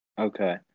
okay